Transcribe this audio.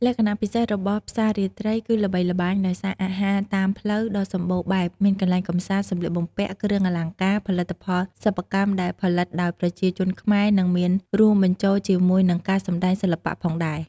លក្ខណៈពិសេសរបស់ផ្សាររាត្រី គឺល្បីល្បាញដោយសារអាហារតាមផ្លូវដ៏សម្បូរបែប មានកន្លែងកម្សាន្ត សម្លៀកបំពាក់ គ្រឿងអលង្ការ ផលិតផលសិប្បកម្មដែលផលិតដោយប្រជាជនខ្មែរ និងមានរួមបញ្ចូលជាមួយនឹងការសម្តែងសិល្បៈផងដែរ។